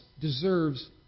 deserves